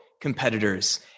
competitors